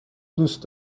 دوست